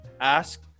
ask